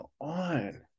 on